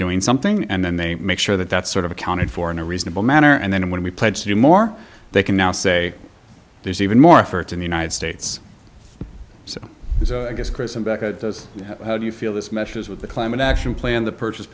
doing something and then they make sure that that's sort of accounted for in a reasonable manner and then when we pledge to do more they can now say there's even more for it in the united states so how do you feel this meshes with the climate action plan the purchase